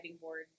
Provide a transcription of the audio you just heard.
board